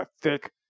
thick